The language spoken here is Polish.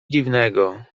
dziwnego